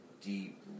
deep